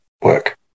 work